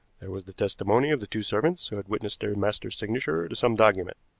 there was the testimony of the two servants who had witnessed their master's signature to some document.